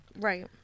Right